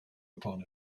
upon